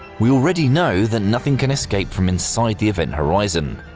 we already know that nothing can escape from inside the event horizon,